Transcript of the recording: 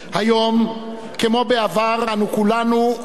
כמו בעבר, אנו כולנו, ערבים ויהודים,